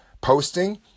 posting